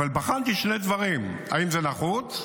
בחנתי שני דברים: האם זה נחוץ?